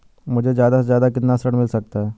मुझे ज्यादा से ज्यादा कितना ऋण मिल सकता है?